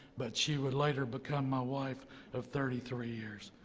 but she would later become my wife of thirty three years.